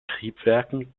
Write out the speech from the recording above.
triebwerken